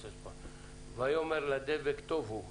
"ויאמר לדבק טוב הוא,